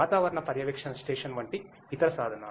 వాతావరణ పర్యవేక్షణ స్టేషన్ వంటి ఇతర సాధనాలు